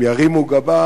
הם ירימו גבה,